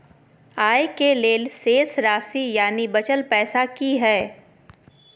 आय के लेल शेष राशि यानि बचल पैसा की हय?